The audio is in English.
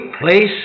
place